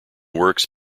works